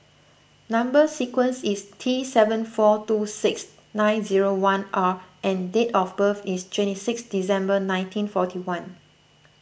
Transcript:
Number Sequence is T seven four two six nine zero one R and date of birth is twenty six December nineteen forty one